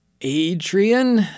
Adrian